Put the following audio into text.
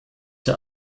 der